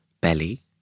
belly